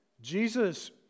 Jesus